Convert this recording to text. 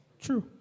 True